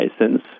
license